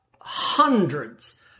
hundreds